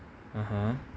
(uh huh)